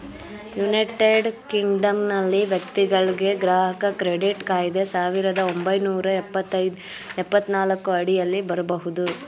United ಕಿಂಗ್ಡಮ್ನಲ್ಲಿ ವ್ಯಕ್ತಿಗಳ್ಗೆ ಗ್ರಾಹಕ ಕ್ರೆಡಿಟ್ ಕಾಯ್ದೆ ಸಾವಿರದ ಒಂಬೈನೂರ ಎಪ್ಪತ್ತನಾಲ್ಕು ಅಡಿಯಲ್ಲಿ ಬರಬಹುದು